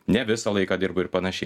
ne visą laiką dirbo ir panašiai